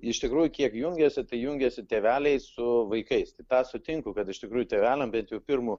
iš tikrųjų kiek jungiasi tai jungiasi tėveliai su vaikais tai tą sutinku kad iš tikrųjų tėveliam bet jau pirmu